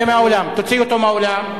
תוציאו אותו מהאולם.